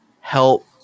help